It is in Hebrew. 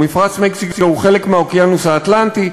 מפרץ מקסיקו הוא חלק מהאוקיינוס האטלנטי,